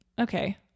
okay